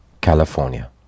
California